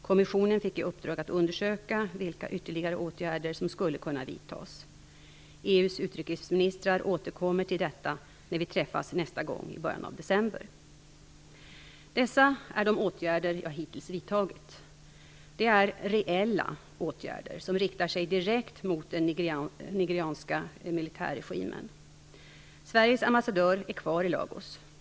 Kommissionen fick i uppdrag att undersöka vilka ytterligare åtgärder som skulle kunna vidtas. EU:s utrikesministrar återkommer till detta när vi träffas nästa gång i början av december. Dessa är de åtgärder jag hittills vidtagit. Det är reeella åtgärder som riktar sig direkt mot den nigerianska militärregimen. Sveriges ambassadör är kvar i Lagos.